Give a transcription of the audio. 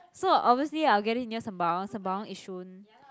so obviously I will get it near Sembawang Sembawang Yishun